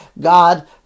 God